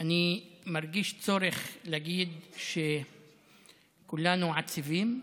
אני מרגיש צורך להגיד שכולנו עצובים.